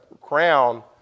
crown